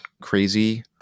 crazy